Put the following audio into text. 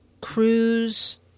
cruise